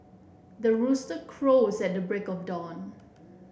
the rooster crows at the break of dawn